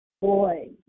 Boy